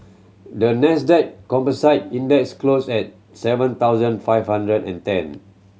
the Nasdaq Composite Index closed at seven thousand five hundred and ten